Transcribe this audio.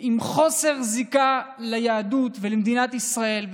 עם חוסר זיקה ליהדות ולמדינת ישראל,